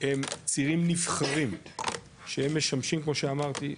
הם צירים נבחרים שהם משמשים, כמו שאמרתי,